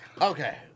Okay